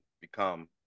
become